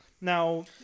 now